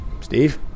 Steve